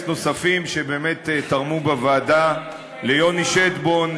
נוספים שבאמת תרמו בוועדה: ליוני שטבון,